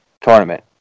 tournament